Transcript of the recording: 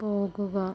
പോകുക